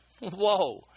Whoa